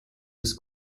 des